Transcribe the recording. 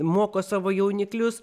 moko savo jauniklius